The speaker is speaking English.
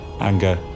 anger